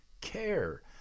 care